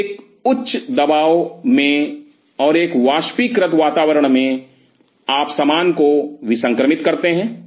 तो एक उच्च दबाव में और एक वाष्पीकृत वातावरण में आप सामान को विसंक्रमित करते हैं